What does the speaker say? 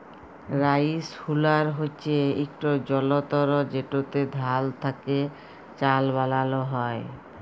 rice huller হছে ইকট যলতর যেটতে ধাল থ্যাকে চাল বালাল হ্যয়